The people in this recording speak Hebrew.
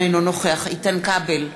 אינו נוכח איתן כבל,